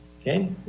Okay